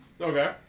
Okay